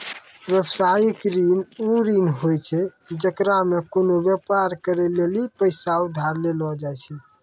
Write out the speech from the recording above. व्यवसायिक ऋण उ ऋण होय छै जेकरा मे कोनो व्यापार करै लेली पैसा उधार लेलो जाय छै